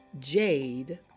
Jade